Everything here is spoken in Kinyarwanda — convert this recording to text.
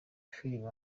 filime